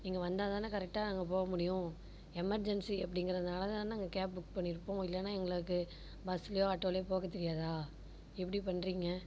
நீங்கள் வந்தால் தானே கரெக்டாக நாங்கள் போக முடியும் எமர்ஜென்சி அப்படிங்கறதுனால் தான் நாங்கள் கேப் புக் பண்ணியிருக்கோம் இல்லைன்னா எங்களுக்கு பஸ்லியோ ஆட்டோலேயோ போக தெரியாதா இப்படி பண்ணுறீங்க